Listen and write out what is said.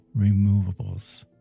removables